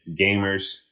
Gamers